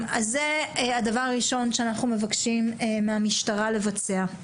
זה הדבר הראשון שאנחנו מבקשים מהמשטרה לבצע.